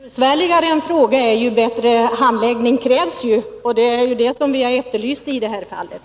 Herr talman! Men det är väl så, Anders Björck, att ju besvärligare en fråga är, desto bättre handläggning krävs, och det är detta vi har efterlyst i det här fallet.